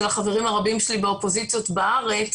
החברים הרבים שלי באופוזיציות בארץ.